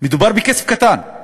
מדובר בכסף קטן,